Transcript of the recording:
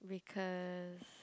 cause